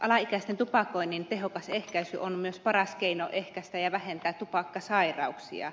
alaikäisten tupakoinnin tehokas ehkäisy on myös paras keino ehkäistä ja vähentää tupakkasairauksia